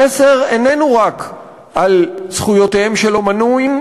המסר איננו רק על זכויותיהם של אמנים,